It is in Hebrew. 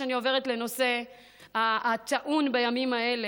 אני עוברת לנושא הטעון בימים האלה,